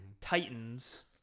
Titans